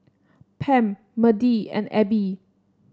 Pam Media and Abby